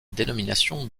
dénomination